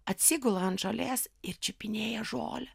atsigula ant žolės ir čiupinėja žolę